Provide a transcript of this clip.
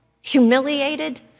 humiliated